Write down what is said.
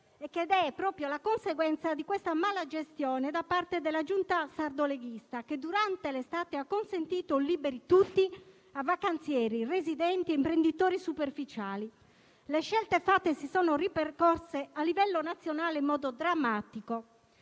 che è la conseguenza della malagestione da parte della giunta sardo-leghista, che durante l'estate ha consentito un «liberi tutti» a vacanzieri, residenti e imprenditori superficiali. Le scelte fatte si sono ripercosse a livello nazionale in modo drammatico.